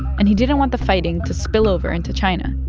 and he didn't want the fighting to spill over into china.